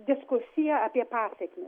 diskusija apie pasekmes